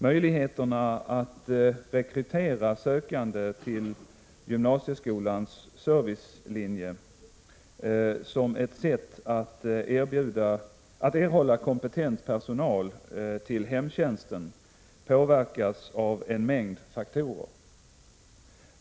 Möjligheterna att rekrytera sökande till gymnasieskolans sociala servicelinje som ett sätt att erhålla kompetent personal till hemtjänsten påverkas av en mängd faktorer.